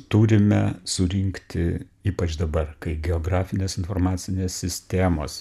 turime surinkti ypač dabar kai geografinės informacinės sistemos